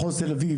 מחוז תל אביב,